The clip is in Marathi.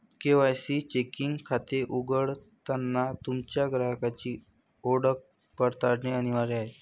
के.वाय.सी चेकिंग खाते उघडताना तुमच्या ग्राहकाची ओळख पडताळणे अनिवार्य आहे